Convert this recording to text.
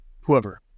whoever